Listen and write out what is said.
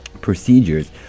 procedures